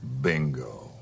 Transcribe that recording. Bingo